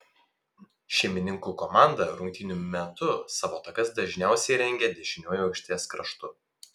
šeimininkų komanda rungtynių metu savo atakas dažniausiai rengė dešiniuoju aikštės kraštu